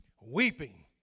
Weeping